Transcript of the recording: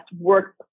work